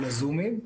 או לזומים,